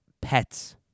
pets